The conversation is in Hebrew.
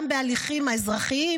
גם בהליכים האזרחיים.